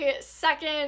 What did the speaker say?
second